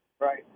right